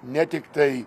ne tiktai